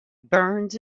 burns